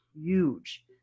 huge